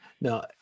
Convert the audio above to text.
No